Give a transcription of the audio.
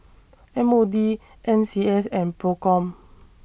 M O D N C S and PROCOM